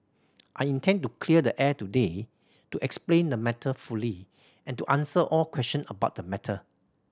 i intend to clear the air today to explain the matter fully and to answer all question about the matter